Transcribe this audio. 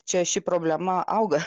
čia ši problema auga